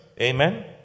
Amen